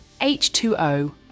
H2O